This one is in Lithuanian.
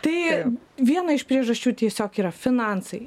tai viena iš priežasčių tiesiog yra finansai